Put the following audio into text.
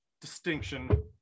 distinction